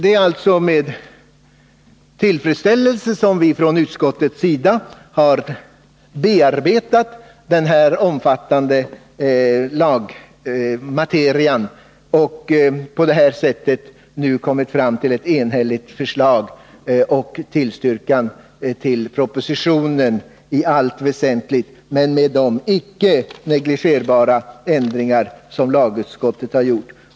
Det är alltså med tillfredsställelse som vi från utskottets sida har bearbetat denna omfattande materia och på detta sätt nu kommit fram till ett enhälligt förslag — med tillstyrkan av propositionen i allt väsentligt, men med de icke negligerbara ändringar som lagutskottet har gjort.